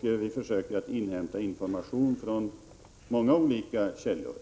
Vi försöker att inhämta information från många olika källor.